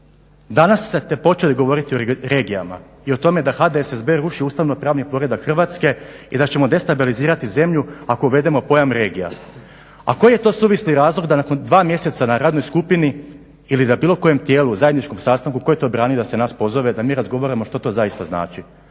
Danas ste počeli govoriti o regijama i o tome da HDSSB ruši ustavnopravni poredak Hrvatske i da ćemo destabilizirati zemlju ako uvedemo pojam regija. A koji je to suvisli razlog da nakon 2 mjeseca na radnoj skupini ili da bilo kojem tijelu, zajedničkom sastanku tko je to branio da se nas pozove da mi razgovaramo što to zaista znači.